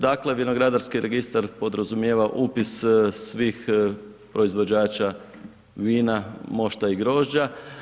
Dakle, vinogradarski registar podrazumijeva upis svih proizvođača vina, mošta i grožđa.